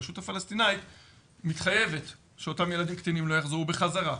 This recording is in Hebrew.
הרשות הפלסטינית מתחייבת שאותם ילדים קטינים לא יחזרו בחזרה.